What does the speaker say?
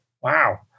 wow